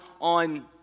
on